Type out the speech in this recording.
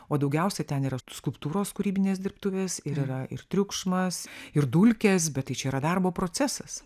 o daugiausia ten yra skulptūros kūrybinės dirbtuvės ir yra ir triukšmas ir dulkės bet tai čia yra darbo procesas